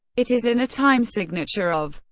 it is in a time signature of,